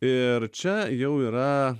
ir čia jau yra